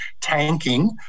tanking